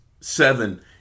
seven